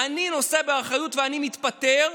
אני נושא באחריות ואני מתפטר,